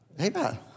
Amen